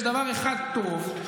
יש דבר אחד טוב,